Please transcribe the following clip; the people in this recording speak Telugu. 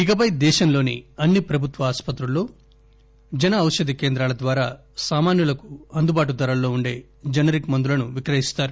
ఇకపై దేశంలోని అన్ని ప్రభుత్వ ఆస్పత్రుల్లో జన ఔషధి కేంద్రాల ద్వారా సామాన్యులకు అందుబాటు ధరల్లో ఉండే జనరిక్ మందులను విక్రయిస్తారు